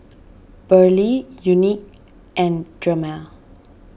Burley Unique and Drema